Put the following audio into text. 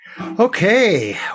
okay